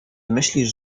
myślisz